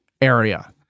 area